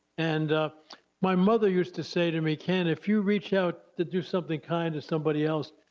and my mother used to say to me ken, if you reach out to do something kind to somebody else,